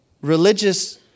religious